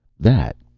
that.